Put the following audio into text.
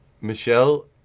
Michelle